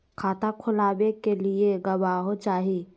खाता खोलाबे के लिए गवाहों चाही?